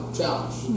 Challenge